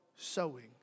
sowing